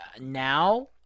now